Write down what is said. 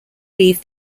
leave